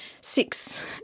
six